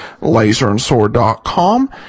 laserandsword.com